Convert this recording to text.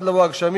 עד לבוא הגשמים,